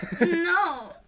No